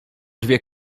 dwie